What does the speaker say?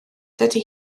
dydy